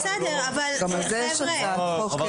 גם על זה יש הצעת חוק.